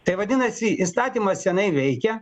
tai vadinasi įstatymas senai veikia